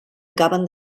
acaben